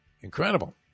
Incredible